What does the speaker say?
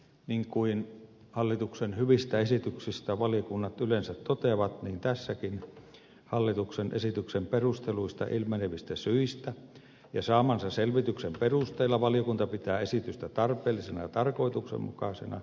niin kuin hallituksen hyvistä esityksistä valiokunnat yleensä toteavat hallituksen esityksen perusteluista ilmenevistä syistä ja saamansa selvityksen perusteella valiokunta pitää tätäkin esitystä tarpeellisena ja tarkoituksenmukaisena